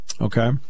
Okay